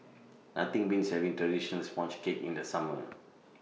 Nothing Beats having Traditional Sponge Cake in The Summer